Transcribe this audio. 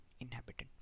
inhabitant